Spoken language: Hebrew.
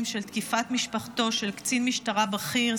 של תקיפת משפחתו של קצין משטרה בכיר,